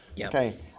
Okay